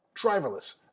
driverless